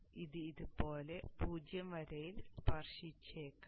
അതിനാൽ ഇത് ഇതുപോലെ 0 വരിയിൽ സ്പർശിച്ചേക്കാം